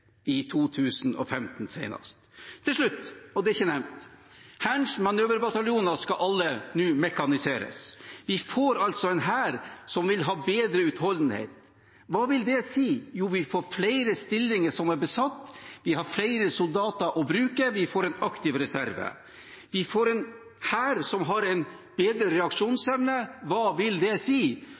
i 2015. Til slutt – og det er ikke nevnt: Hærens manøverbataljoner skal alle nå mekaniseres. Vi får altså en hær som vil ha bedre utholdenhet. Hva vil det si? Jo, vi får flere stillinger som er besatt, vi har flere soldater å bruke, vi får en aktiv reserve. Vi får en hær som har en bedre reaksjonsevne. Hva vil det si?